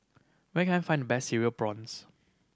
where can I find the best Cereal Prawns